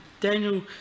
Daniel